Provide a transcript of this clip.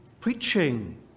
preaching